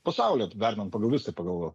pasaulyje vertinant pagal viską pagal